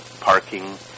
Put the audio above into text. parking